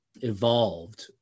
evolved